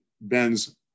Ben's